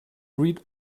read